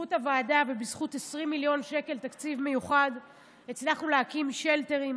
בזכות הוועדה ובזכות 20 מיליון שקל תקציב מיוחד הצלחנו להקים שלטרים,